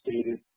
stated